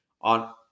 on